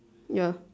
ya